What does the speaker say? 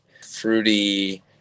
fruity